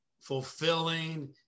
fulfilling